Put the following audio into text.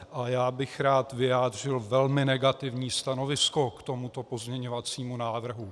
A já bych rád vyjádřil velmi negativní stanovisko k tomuto pozměňovacímu návrhu.